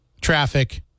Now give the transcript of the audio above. traffic